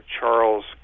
Charles